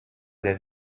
des